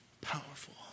Powerful